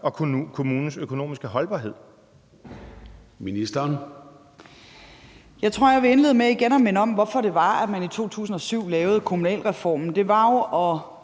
og sundhedsministeren (Sophie Løhde): Jeg tror, jeg vil indlede med igen at minde om, hvorfor det var, man i 2007 lavede kommunalreformen. Det var jo